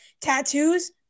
Tattoos